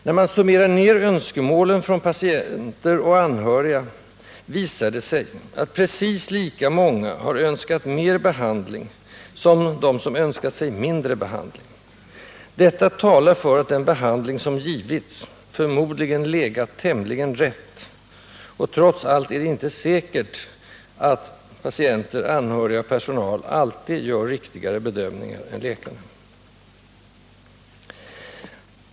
När man summerar ned önskemålen från patienter och anhöriga visar det sig att precis lika många har önskat mer behandling som de som önskat sig mindre behandling. Detta talar för att den behandling som givits förmodligen legat tämligen rätt. Trots allt är det inte säkert att patienter, anhöriga och personal alltid gör riktigare bedömningar än läkarna.